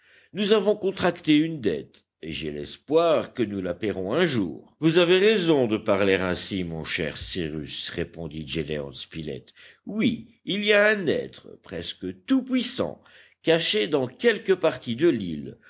nous avons contracté une dette et j'ai l'espoir que nous la payerons un jour vous avez raison de parler ainsi mon cher cyrus répondit gédéon spilett oui il y a un être presque tout-puissant caché dans quelque partie de l'île